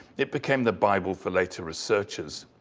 it became the bible for later researchers.